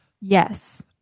yes